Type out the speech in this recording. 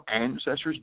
ancestors